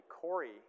Corey